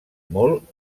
molt